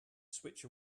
switch